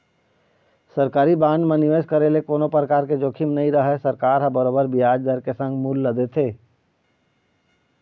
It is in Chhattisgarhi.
सरकारी बांड म निवेस करे ले कोनो परकार के जोखिम नइ रहय सरकार ह बरोबर बियाज दर के संग मूल ल देथे